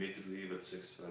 leave at six